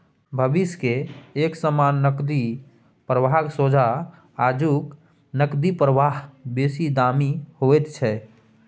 भविष्य के एक समान नकदी प्रवाहक सोंझा आजुक नकदी प्रवाह बेसी दामी होइत छै